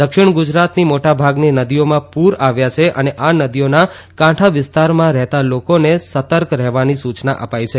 દક્ષિણ ગુજરાતની મોટાભાગની નદીઓમાં પૂર આવ્યા છે અને આ નદીઓના કાંઠાવિસ્તારમાં રહેતા લોકોને સત્રક રહેવાની સૂચના અપાઇ છે